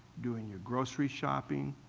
doing your grocery shopping,